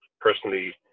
personally